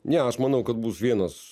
ne aš manau kad bus vienas